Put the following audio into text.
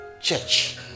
church